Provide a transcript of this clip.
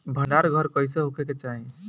भंडार घर कईसे होखे के चाही?